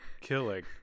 killing